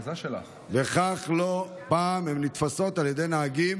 וכך לא פעם הן נתפסות על ידי נהגים